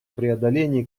преодоления